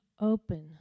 open